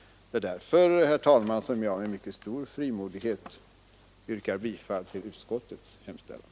Det är mot denna bakgrund, herr talman, som jag med mycket stor frimodighet vidhåller yrkandet om bifall till utskottets hemställan.